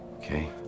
okay